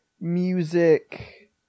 Music